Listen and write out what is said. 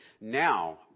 Now